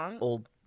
old